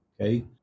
Okay